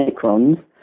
microns